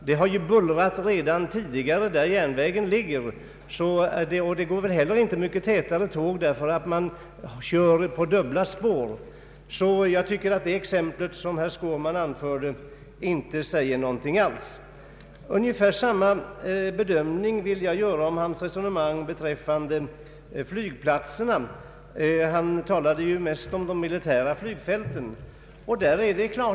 Det har ju bullrat tidigare där järnvägen ligger, och det är väl inte heller tätare tågförbindelser bara därför att man kör på dubbla spår. Jag tycker att det exempel herr Skårman anförde inte säger någonting alls. Ungefär samma bedömning vill jag göra av hans resonemang beträffande flygplatserna — det var mest om de militära flygfälten han talade.